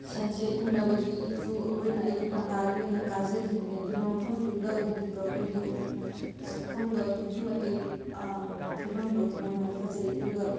sunset ꯎꯅꯕꯒꯤꯁꯨ ꯑꯩꯈꯣꯏꯅ ꯑꯌꯨꯛ ꯉꯟꯇꯥꯒꯤ ꯑꯣꯏꯅ ꯀꯥꯖꯈꯤꯕꯅꯦ ꯑꯗꯨꯅ ꯃꯐꯝꯗꯨꯗ ꯎꯈꯤꯕ ꯑꯩꯈꯣꯏꯒꯤ ꯁꯛꯐꯝꯗꯨ ꯑꯗꯨꯛꯀꯤ ꯃꯇꯤꯛ ꯐꯤꯕꯝꯗꯨ ꯌꯥꯝꯅ ꯐꯖꯩ ꯑꯗꯨꯒ